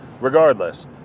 regardless